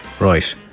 right